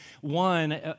One